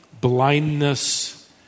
blindness